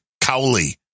Cowley